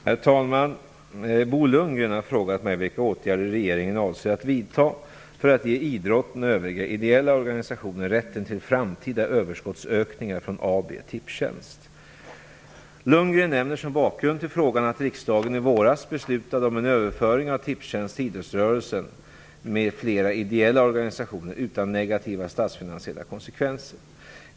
Herr talman! Bo Lundgren har frågat mig vilka åtgärder regeringen avser att vidta för att ge idrotten och övriga ideella organisationer rätten till framtida överskottsökningar från AB Tipstjänst. Bo Lundgren nämner som bakgrund till frågan att riksdagen i våras beslutade om en överföring av Tipstjänst till idrottsrörelsen m.fl. ideella organisationer, utan negativa statsfinansiella konsekvenser.